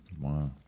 Wow